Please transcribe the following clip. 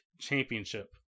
championship